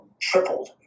tripled